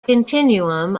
continuum